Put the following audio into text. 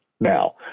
now